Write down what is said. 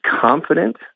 confident